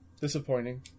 disappointing